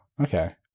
okay